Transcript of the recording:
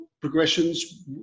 progressions